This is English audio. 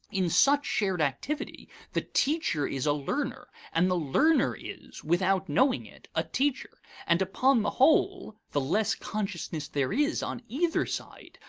in such shared activity, the teacher is a learner, and the learner is, without knowing it, a teacher and upon the whole, the less consciousness there is, on either side,